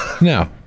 No